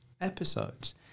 episodes